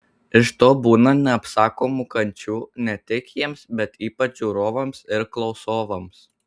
iš to būna neapsakomų kančių ne tik jiems bet ypač žiūrovams ir klausovams